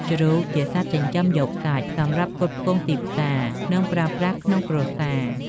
ជ្រូក ជាសត្វចិញ្ចឹមយកសាច់សម្រាប់ផ្គត់ផ្គង់ទីផ្សារ និងប្រើប្រាស់ក្នុងគ្រួសារ។